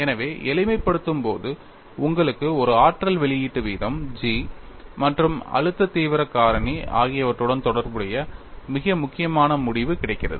எனவே எளிமைப்படுத்தும் போது உங்களுக்கு ஒரு ஆற்றல் வெளியீட்டு வீதம் G மற்றும் அழுத்த தீவிரம் காரணி ஆகியவற்றுடன் தொடர்புடைய மிக முக்கியமான முடிவு கிடைக்கிறது